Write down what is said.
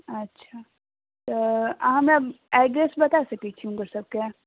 अच्छा तऽ अहाँ हमरा एड्रेस बता सकैत छी हुनकर सबके